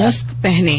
mask पहनें